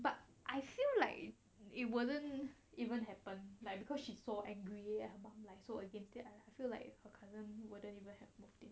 but I feel like it wouldn't even happen like because she's so angry at her mom like so against that I feel like her 可能 wouldn't even happen